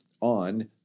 on